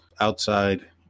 outside